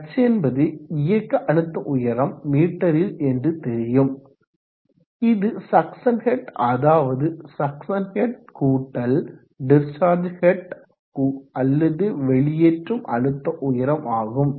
H என்பது இயக்க அழுத்த உயரம் மீட்டரில் என்று தெரியும் இது சக்சன் ஹெட் அதாவது சக்சன் ஹெட் கூட்டல் டிஸ்சார்ஜ் ஹெட் அல்லது வெளியேற்றும் அழுத்த உயரம் ஆகும்